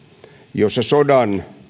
jossa sodan